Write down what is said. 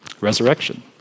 resurrection